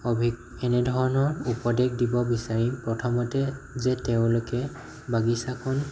অভি এনেধৰণৰ উপদেশ দিব বিচাৰিম প্ৰথমতে যে তেওঁলোকে বাগিছাখন